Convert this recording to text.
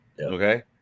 Okay